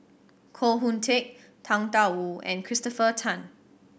Koh Hoon Teck Tang Da Wu and Christopher Tan